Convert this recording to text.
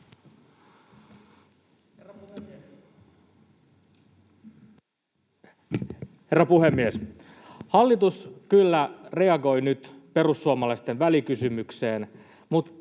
Herra puhemies! Hallitus kyllä reagoi nyt perussuomalaisten välikysymykseen, mutta